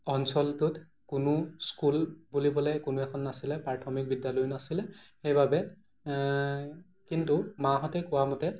অঞ্চলটোত কোনো স্কুল বুলিবলৈ কোনো এখন নাছিলে প্ৰাথমিক বিদ্যালয় নাছিলে সেই বাবে কিন্তু মাহঁতে কোৱামতে